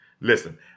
Listen